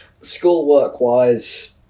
schoolwork-wise